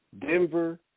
Denver